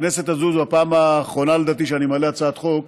בכנסת הזאת זו הפעם האחרונה שאני מעלה הצעת חוק,